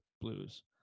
Blues